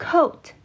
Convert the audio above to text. Coat